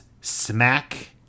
Smack